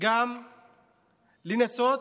גם לנסות